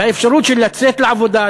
באפשרות לצאת לעבודה,